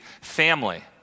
family